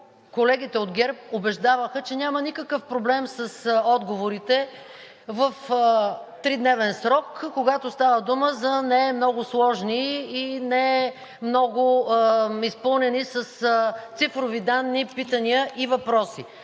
колегите от ГЕРБ убеждаваха, че няма никакъв проблем с отговорите в тридневен срок, когато става дума за немного сложни и немного изпълнени с цифрови данни питания и въпроси.